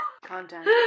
Content